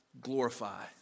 glorify